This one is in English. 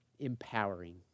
Empowering